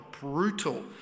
brutal